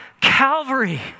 Calvary